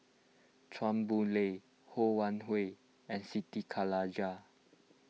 Chua Boon Lay Ho Wan Hui and Siti Khalijah